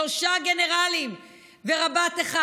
שלושה גנרלים ורב"ט אחד?